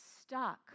stuck